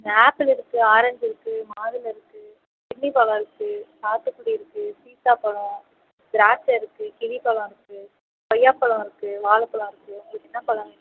இங்கே ஆப்பிள் இருக்குது ஆரேஞ்ச் இருக்குது மாதுளை இருக்குது கிர்ணி பழம் இருக்குது சாத்துக்குடி இருக்கு சீத்தாப்பழம் திராட்சை இருக்குது கிவி பழம் இருக்குது கொய்யாப்பழம் இருக்குது வாழைப்பழம் இருக்குது உங்களுக்கு என்ன பழம் வேணும்